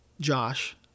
josh